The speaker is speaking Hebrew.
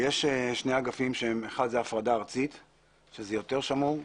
אגפים כאשר האחד הוא הפרדה ארצית שהוא יותר שמור,